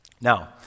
Now